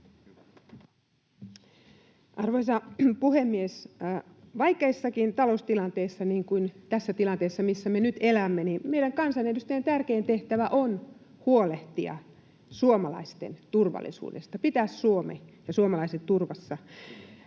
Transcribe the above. Arvoisa puhemies! Vaikeissakin taloustilanteissa, niin kuin tässä tilanteessa, missä me nyt elämme, meidän kansanedustajien tärkein tehtävä on huolehtia suomalaisten turvallisuudesta, pitää Suomi ja suomalaiset turvassa.